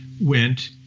went